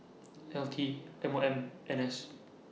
L T M O M N S